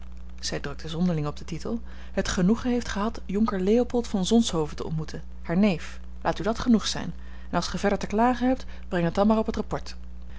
zij drukte zonderling op den titel het genoegen heeft gehad jonker leopold van zonshoven te ontmoeten haar neef laat u dat genoeg zijn en als ge verder te klagen hebt brengt het dan maar op het rapport